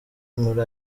muri